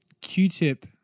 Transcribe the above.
Q-tip